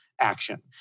action